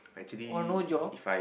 oh no job